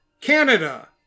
Canada